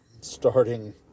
starting